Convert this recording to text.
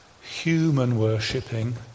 human-worshipping